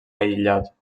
aïllat